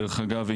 דרך אגב,